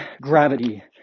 gravity